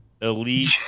elite